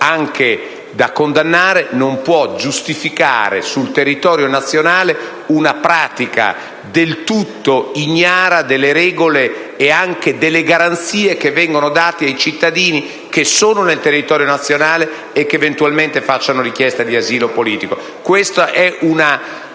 anche da condannare, non può giustificare sul territorio nazionale una pratica del tutto ignara delle regole e anche delle garanzie che vengono date ai cittadini che sono nel territorio nazionale e che eventualmente facciano richiesta di asilo politico. Questa è una